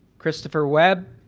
christopher webb